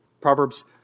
Proverbs